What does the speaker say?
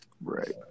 Right